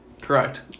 Correct